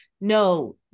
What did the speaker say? no